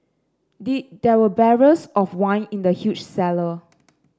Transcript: there were barrels of wine in the huge cellar